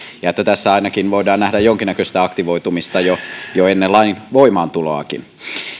ja että tässä voidaan nähdä ainakin jonkin näköistä aktivoitumista jo jo ennen lain voimaantuloakin